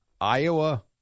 Iowa